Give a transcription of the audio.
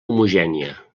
homogènia